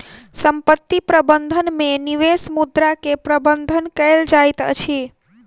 संपत्ति प्रबंधन में निवेश मुद्रा के प्रबंधन कएल जाइत अछि